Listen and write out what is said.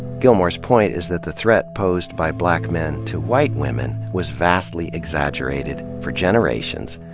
gilmore's point is that the threat posed by black men to white women was vastly exaggerated, for generations,